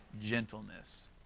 gentleness